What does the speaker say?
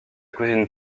cousine